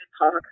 talk